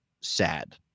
sad